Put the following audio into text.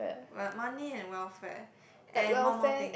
well money and welfare and one more thing